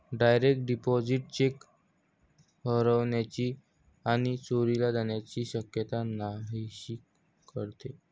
direct deposit cheque हरवण्याची आणि चोरीला जाण्याची शक्यता नाहीशी करते